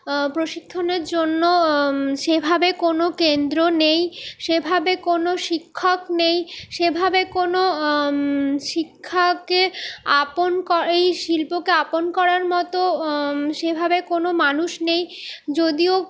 প্রশিক্ষণের জন্য সেভাবে কোনো কেন্দ্র নেই সেভাবে কোনো শিক্ষক নেই সেভাবে কোনো শিক্ষাকে আপন করেই শিল্পকে আপন করার মতো সেভাবে কোনো মানুষ নেই যদিও